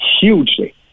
hugely